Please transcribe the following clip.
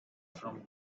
from